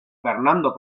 fernando